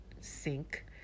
sink